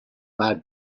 bad